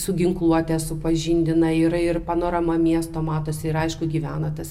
su ginkluote supažindina yra ir panorama miesto matosi ir aišku gyvena tas